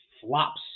flops